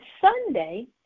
Sunday